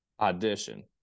audition